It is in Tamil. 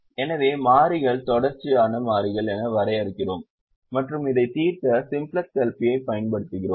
எனவே மாறிகள் தொடர்ச்சியான மாறிகள் என வரையறுக்கிறோம் மற்றும் இதை தீர்க்க சிம்ப்ளக்ஸ் எல்பி பயன்படுத்துகிறோம்